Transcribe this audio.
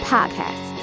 Podcast